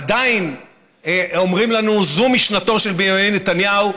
עדיין אומרים לנו: זו משנתו של בנימין נתניהו,